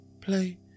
Play